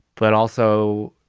but also